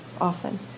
often